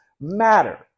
matter